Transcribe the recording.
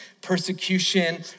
persecution